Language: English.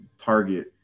target